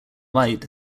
light